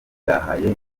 bwahaye